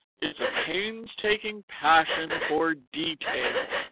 is a painstaking passion for detail